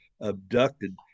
abducted